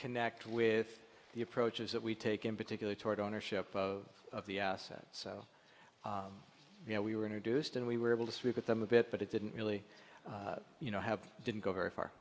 connect with the approaches that we take in particular toward ownership of the asset so you know we were introduced and we were able to speak with them a bit but it didn't really you know have didn't go very far